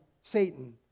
Satan